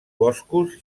boscos